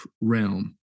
realm